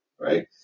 right